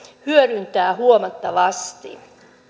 hyödyntää huomattavasti